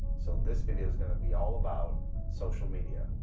so this video's gonna be all about social media.